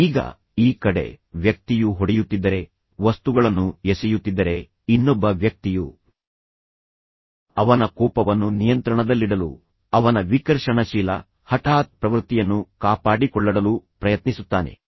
ಈಗ ಈ ಕಡೆ ವ್ಯಕ್ತಿಯು ಹೊಡೆಯುತ್ತಿದ್ದರೆ ವಸ್ತುಗಳನ್ನು ಎಸೆಯುತ್ತಿದ್ದರೆ ಇನ್ನೊಬ್ಬ ವ್ಯಕ್ತಿಯು ಅವನ ಕೋಪವನ್ನು ನಿಯಂತ್ರಣದಲ್ಲಿಡಲು ಅವನ ವಿಕರ್ಷಣಶೀಲ ಹಠಾತ್ ಪ್ರವೃತ್ತಿಯನ್ನು ಕಾಪಾಡಿಕೊಳ್ಳಡಲು ಪ್ರಯತ್ನಿಸುತ್ತಾನೆ